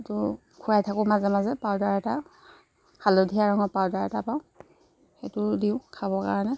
সেইটো খুৱাই থাকোঁ মাজে মাজে পাউদাৰ এটা হালধীয়া ৰঙৰ পাউদাৰ এটা পাওঁ সেইটো দিওঁ খাবৰ কাৰণে